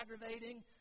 aggravating